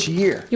year